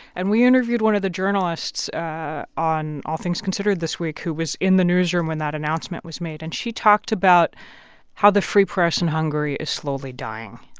and we interviewed one of the journalists on all things considered this week who was in the newsroom when that announcement was made, and she talked about how the free press in hungary is slowly dying.